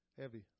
Heavy